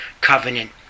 covenant